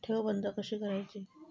ठेव बंद कशी करायची?